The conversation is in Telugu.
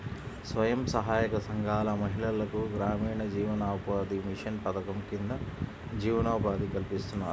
స్వయం సహాయక సంఘాల మహిళలకు గ్రామీణ జీవనోపాధి మిషన్ పథకం కింద జీవనోపాధి కల్పిస్తున్నారు